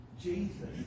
Jesus